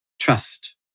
Trust